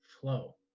flow